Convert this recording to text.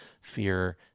fear